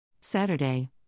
Saturday